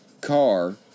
car